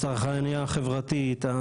הצרכנייה החברתית,